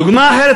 דוגמה אחרת,